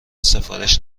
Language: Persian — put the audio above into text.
سفارش